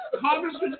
Congressman